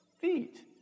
feet